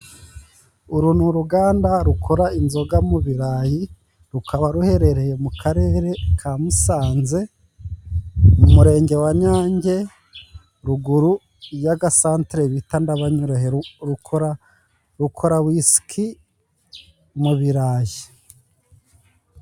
Uru ni uruganda rukora inzoga mu birarayi, rukaba ruherereye mu Karere ka Musanze, mu Murenge wa Nyange, ruguru y' agasantere bita Ndabanyura, rukora wisiki mu birayi.